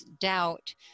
doubt